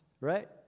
right